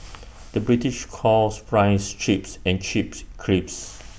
the British calls Fries Chips and chips